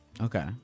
Okay